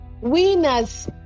Winners